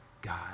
God